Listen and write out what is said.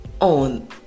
on